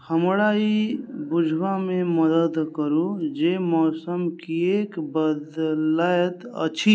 हमरा ई बुझबामे मदद करू जे मौसम किएक बदलैत अछि